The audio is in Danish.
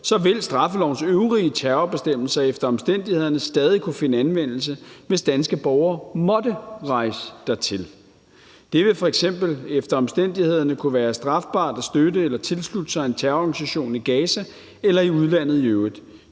j, vil straffelovens øvrige terrorbestemmelser efter omstændighederne stadig kunne finde anvendelse, hvis danske borgere måtte rejse dertil. Det vil f.eks. efter omstændighederne kunne være strafbart at støtte eller tilslutte sig en terrororganisation i Gaza eller i udlandet i øvrigt,